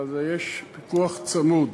אלא יש פיקוח צמוד.